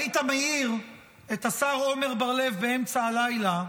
היית מעיר את השר עמר בר-לב באמצע הלילה,